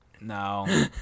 No